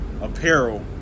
apparel